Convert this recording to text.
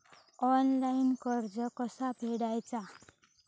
Online कर्ज कसा फेडायचा?